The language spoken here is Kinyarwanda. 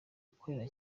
akorera